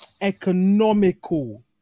economical